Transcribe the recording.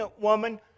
woman